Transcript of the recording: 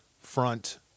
front